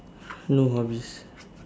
no hobbies